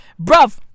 Bruv